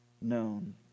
known